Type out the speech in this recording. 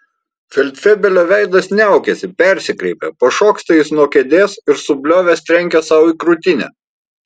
feldfebelio veidas niaukiasi persikreipia pašoksta jis nuo kėdės ir subliovęs trenkia sau į krūtinę